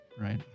Right